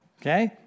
okay